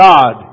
God